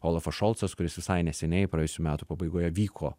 olafas šolcas kuris visai neseniai praėjusių metų pabaigoje vyko